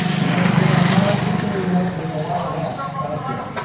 and unless you've been on mars recently, you know there's a lot of that out there.